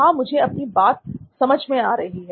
हां मुझे आपकी बात समझ में आ रही है